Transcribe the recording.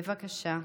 בבקשה.